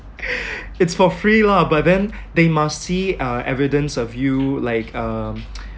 it's for free lah but then they must see uh evidence of you like uh